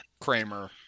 Kramer